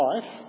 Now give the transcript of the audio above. life